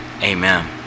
amen